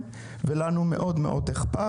מאוד אכפת לכם, וגם לנו מאוד מאוד אכפת.